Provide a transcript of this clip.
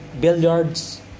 billiards